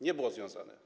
Nie, było związane.